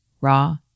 raw